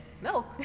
milk